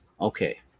Okay